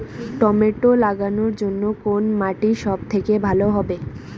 Tomato লাগানোর জন্যে কোন মাটি সব থেকে ভালো হবে?